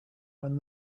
when